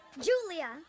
Julia